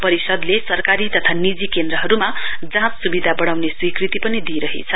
परिषदले सरकारी तथा निजी केन्द्रहरूमा जाँच सुविधा बढ़ाउने स्वीकृति पनि दिइरहेछ